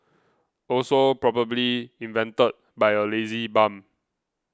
also probably invented by a lazy bum